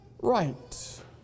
right